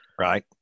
right